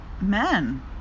men